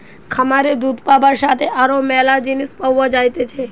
খামারে দুধ পাবার সাথে আরো ম্যালা জিনিস পাওয়া যাইতেছে